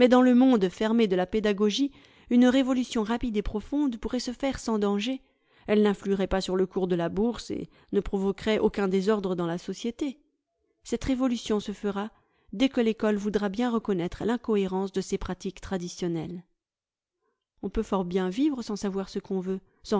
dans le monde fermé de la pédagogie une révolution rapide et profonde pourrait se faire sans danger elle n'influerait pas sur le cours de la bourse et ne provoquerait aucun désordre dans la société cette révolution se fera dès que l'ecole voudra bien reconnaître l'incohérence de ses pratiques traditionnelles on peut fort bien vivre sans savoir ce qu'on veut